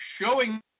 showing